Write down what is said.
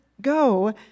go